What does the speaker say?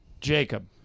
Jacob